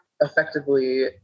effectively